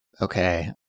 Okay